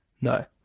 no